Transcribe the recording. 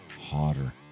hotter